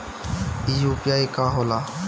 ई यू.पी.आई का होला?